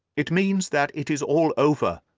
it means that it is all over,